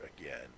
again